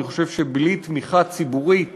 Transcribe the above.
אני חושב שבלי תמיכה ציבורית